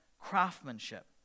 craftsmanship